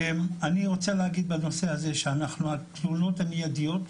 אני רוצה להגיד בנושא הזה שהפעולות המיידיות,